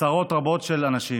עשרות רבות של אנשים,